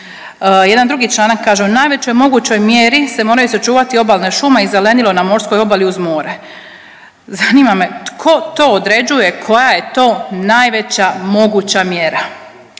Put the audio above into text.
Jedan drugi članak kaže: „U najvećoj mogućoj mjeri se moraju sačuvati obalne šume i zelenilo na morskoj obali uz more.“ Zanima me tko to određuje koja je to najveća moguća mjera?